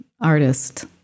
artist